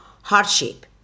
hardship